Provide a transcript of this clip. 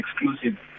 exclusive